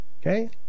Okay